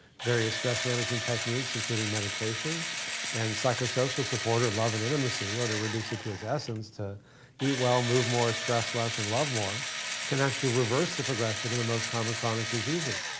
various stress management techniques including medication and psycho-social support or love and intimacy or to reduce it to it's essence, to eat well, move more, stress less and love more can actually reverse the progression of the most common chronic diseases.